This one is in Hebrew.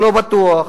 לא בטוח.